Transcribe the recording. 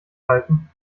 halten